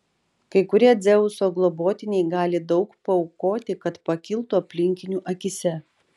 kai kurie dzeuso globotiniai gali daug paaukoti kad pakiltų aplinkinių akyse